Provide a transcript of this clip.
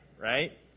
Right